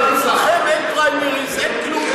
אצלכם אין פריימריז ואין כלום,